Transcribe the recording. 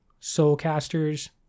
Soulcasters